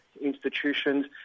institutions